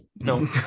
no